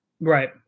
Right